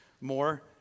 more